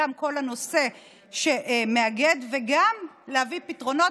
גם כל הנושא שמאגד וגם להביא פתרונות.